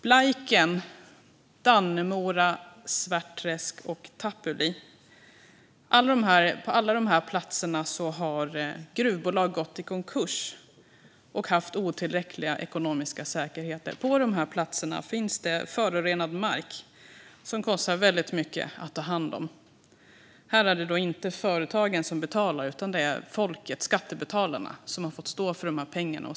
Blaiken, Dannemora, Svärtträsk och Tapuli - på alla de här platserna har gruvbolag gått i konkurs och haft otillräckliga ekonomiska säkerheter. På de platserna finns förorenad mark som det kostar väldigt mycket att ta hand om. Här är det inte företagen som betalar, utan folket, skattebetalarna, har fått stå för de pengarna.